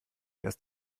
erst